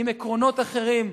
עם עקרונות אחרים,